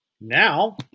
now